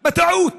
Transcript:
בטעות